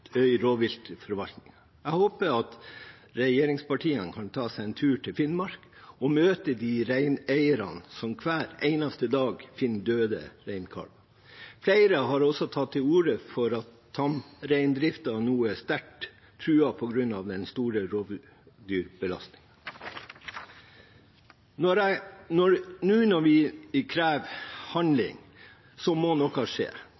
Jeg håper at regjeringspartiene kan ta seg en tur til Finnmark og møte de reineierne som hver eneste dag finner døde reinkalver. Flere har også tatt til orde for at tamreindriften nå er sterkt truet, på grunn av den store rovdyrbelastningen. Når vi nå krever handling, må noe skje.